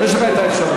יש לך האפשרות.